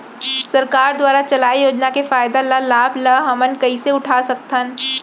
सरकार दुवारा चलाये योजना के फायदा ल लाभ ल हमन कइसे उठा सकथन?